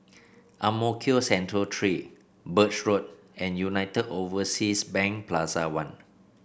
Ang Mo Kio Central Three Birch Road and United Overseas Bank Plaza One